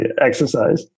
exercise